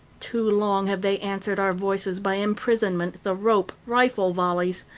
too long have they answered our voices by imprisonment, the rope, rifle volleys.